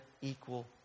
equal